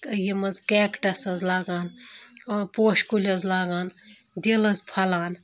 یِم حظ کٮ۪کٹَس حظ لاگان پوشہِ کُلۍ حظ لاگان دِل حظ پھۄلان